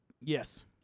Yes